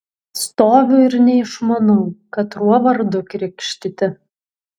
stoviu ir neišmanau katruo vardu krikštyti